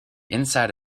inside